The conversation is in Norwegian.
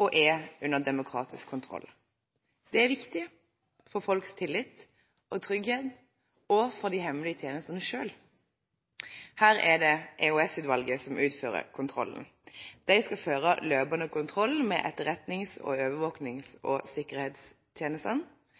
og at den er under demokratisk kontroll. Det er viktig for folks tillit og trygghet, og det er viktig for de hemmelige tjenestene selv. Her er det EOS-utvalget som utfører kontrollen. De skal føre løpende kontroll med etterretnings-, overvåknings- og sikkerhetstjenestene